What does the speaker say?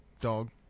dog